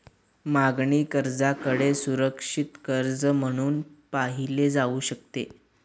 मागणी कर्जाकडे सुरक्षित कर्ज म्हणून पाहिले जाऊ शकते